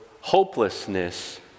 hopelessness